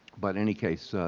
but any case,